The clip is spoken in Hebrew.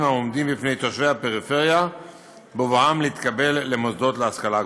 העומדים בפני תושבי הפריפריה בבואם להתקבל למוסדות להשכלה גבוהה.